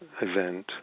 event